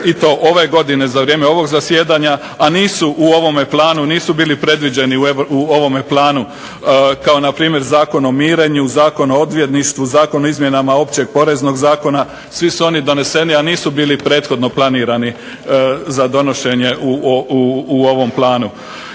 i to ove godine, za vrijeme ovog zasjedanja, a nisu u ovome planu, nisu bili predviđeni u ovome planu, kao npr. Zakon o mirenju, Zakon o odvjetništvu, Zakon o izmjenama Općeg poreznog zakona. svi su oni doneseni, a nisu bili prethodno planirani za donošenje u ovom planu.